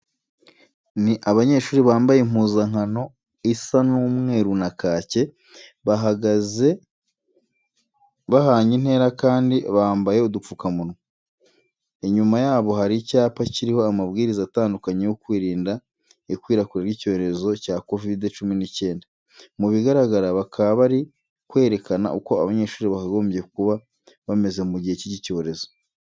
Ni abanyeshuri bambaye impuzankano isa umweru na kake, bahagaze bahanye intera kandi bambaye udupfukamunwa. Inyuma yabo hari icyapa kiriho amabwiriza atandukanye yo kwirinda ikwirakwira ry'icyorezo cya kovide cumi n'icyenda. Mu bigaragara bakaba bari kwerekana uko abanyeshuri bakagombye kuba bameze mu gihe cy'iki cyorezo.